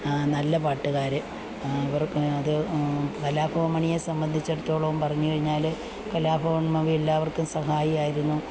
നല്ല പാട്ടുകാര് അവര്ക്ക് അത് കലാഭവന് മണിയെ സംബന്ധിച്ചെടത്തോളോം പറഞ്ഞ് കഴിഞ്ഞാല് കലാഭവന് മണിയെല്ലാവര്ക്കും സഹായിയായിരുന്നു